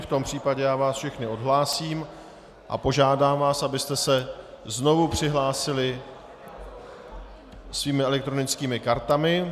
V tom případě vás všechny odhlásím a požádám vás, abyste se znovu přihlásili svými elektronickými kartami.